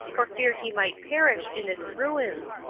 for fear he might perish in its ruins.